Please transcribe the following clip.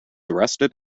arrested